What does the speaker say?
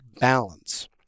balance